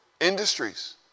industries